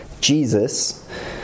Jesus